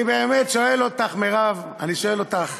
אני באמת שואל אותך, מירב, שואל אותך,